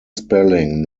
spelling